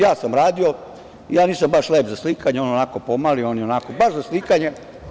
Ja sam radio, nisam baš lep za slikanje, a on onako pomali je baš za slikanje.